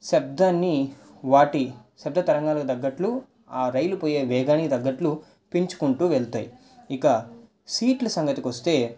శబ్దాన్ని వాటి శబ్ద తరంగాలకు తగ్గట్లు ఆ రైలు పోయే వేగానికి తగ్గట్లు పెంచుకుంటూ వెళ్తాయి ఇక సీట్ల సంగతికి వస్తే